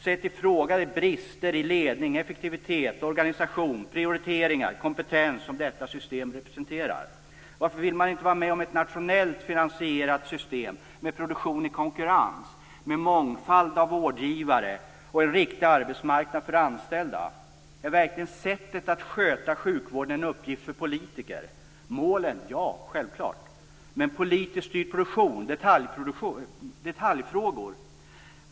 Sätt i fråga de brister i ledning, effektivitet, organisation, prioriteringar och kompetens som detta system representerar! Varför vill man inte vara med om ett nationellt finansierat system med en produktion i konkurrens, med en mångfald av vårdgivare och med en riktig arbetsmarknad för de anställda? Är verkligen sättet att sköta sjukvården en uppgift för politiker? När det gäller målen - ja, självklart. Men hur är det politiskt med styrd produktion, med detaljfrågor?